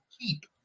keep